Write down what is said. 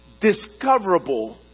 discoverable